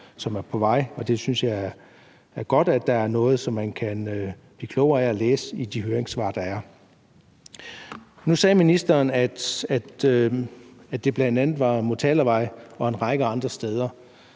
som er på vej, og jeg synes, det er godt, at der er noget, man kan blive klogere af at læse i de høringssvar, der er. Nu sagde ministeren, at det var Motalavej og en række andre steder.